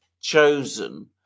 chosen